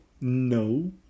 No